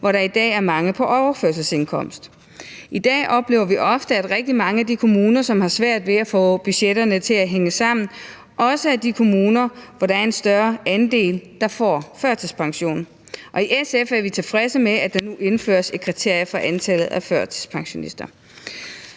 hvor der i dag er mange på overførselsindkomst. I dag oplever vi ofte, at rigtig mange af de kommuner, som har svært ved at få budgetterne til at hænge sammen, også er de kommuner, hvor der er en større andel, der får førtidspension, og i SF er vi tilfredse med, at der nu indføres et kriterie for antallet af førtidspensionister.